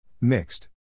Mixed